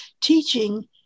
teaching